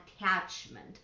attachment